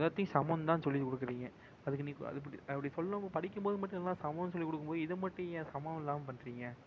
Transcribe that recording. எல்லாத்தேயும் சமன்னு தான் சொல்லிக்கொடுக்குறீங்க அதுக்கு நீ இப்போ அது இப்படி அப்படி சொல்லும்போ படிக்கும் போது மட்டும் எல்லாம் சமன்னு சொல்லிக் கொடுக்கும்போது இதை மட்டும் ஏன் சமம் இல்லாமல் பண்ணுறீங்க